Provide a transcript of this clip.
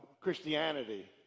Christianity